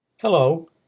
Hello